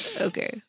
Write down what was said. Okay